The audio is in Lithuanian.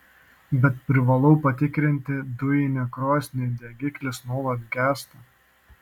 bet privalau patikrinti dujinę krosnį degiklis nuolat gęsta